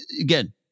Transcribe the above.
again